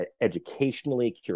educationally